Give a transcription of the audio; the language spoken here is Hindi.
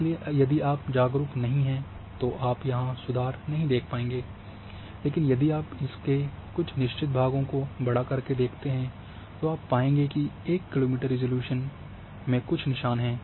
इसलिए यदि आप जागरूक नहीं हैं तो आप यहां सुधार को देख नहीं पाएंगे लेकिन यदि आप इसके कुछ निश्चित भागों को बड़ा करके देखते हैं तो आप पाएँगे कि 1 किलो मीटर के रिज़ॉल्यूशन में कुछ निशान हैं